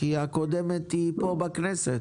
כי הקודמת היא פה בכנסת.